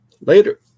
Later